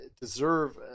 deserve